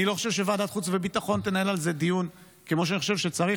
אני לא חושב שוועדת חוץ וביטחון תנהל על זה דיון כמו שאני חושב שצריך.